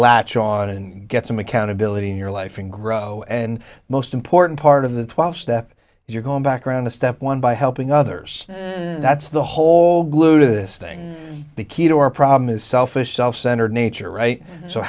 latch on and get some accountability in your life and grow and most important part of the twelve step you're going background is step one by helping others that's the whole glue to this thing the key to our problem is selfish self centered nature right so